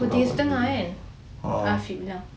ah fitnah